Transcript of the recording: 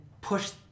push